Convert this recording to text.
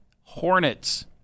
hornets